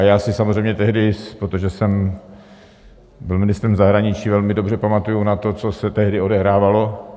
Já samozřejmě tehdy, protože jsem byl ministrem zahraničí, si velmi dobře pamatuji na to, co se tehdy odehrávalo.